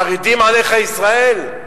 חרדים עליך, ישראל?